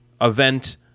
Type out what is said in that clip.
event